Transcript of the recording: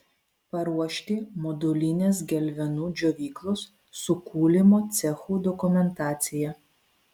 paruošti modulinės galvenų džiovyklos su kūlimo cechu dokumentaciją